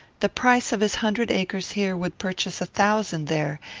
the price of his hundred acres here would purchase a thousand there,